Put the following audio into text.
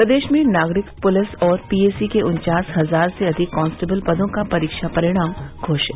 प्रदेश में नागरिक पुलिस और पीएसी के उन्चास हजार से अधिक कांस्टेबल पदों का परीक्षा परिणाम घोषित